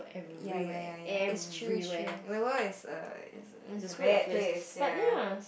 ya ya ya ya is true is true the world is a is a bad place ya